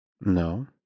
No